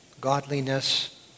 godliness